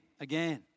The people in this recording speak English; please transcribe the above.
again